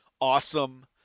awesome